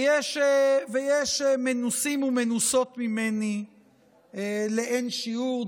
ויש מנוסים ומנוסות ממני לאין שיעור.